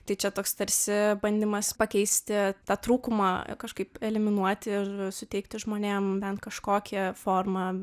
tai čia toks tarsi bandymas pakeisti tą trūkumą kažkaip eliminuoti ir suteikti žmonėms bent kažkokią formą